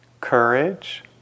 courage